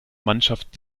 mannschaft